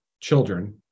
children